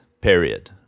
period